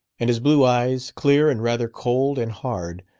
and his blue eyes, clear and rather cold and hard,